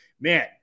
man